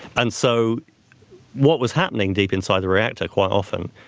and so what was happening deep inside the reactor, quite often,